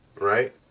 right